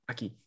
Aki